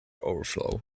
overflow